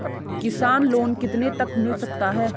किसान लोंन कितने तक मिल सकता है?